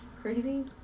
crazy